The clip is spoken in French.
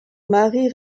marient